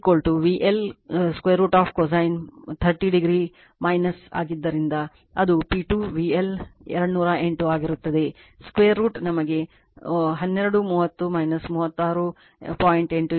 ಆದ್ದರಿಂದ ಇದು P2 VL 208 ಆಗಿರುತ್ತದೆ √ ನಮಗೆ 12 30 36